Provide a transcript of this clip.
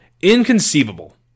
inconceivable